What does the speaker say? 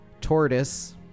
Tortoise